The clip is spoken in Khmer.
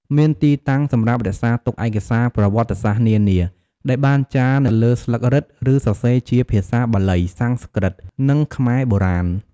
មានទីតាំងសម្រាប់រក្សាទុកឯកសារប្រវត្តិសាស្ត្រនានាដែលបានចារនៅលើស្លឹករឹត ឬសរសេរជាភាសាបាលី សំស្ក្រឹត និងខ្មែរបុរាណ។